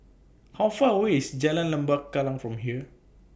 How Far away IS Jalan Lembah Kallang from here